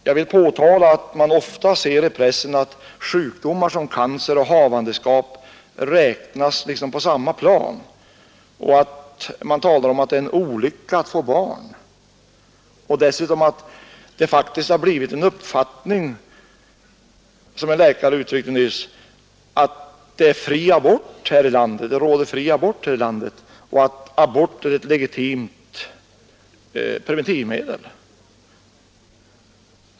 Jag vill påtala att man ofta ser i pressen att sjukdomar som cancer och havandeskap räknas till samma kategori och att man även talar om att det är en olycka att få barn och att det dessutom faktiskt har blivit en utbredd uppfattning, som en läkare uttryckte det nyligen, att det är fri abort här i landet och att aborter är ett legitimt preventivmedel.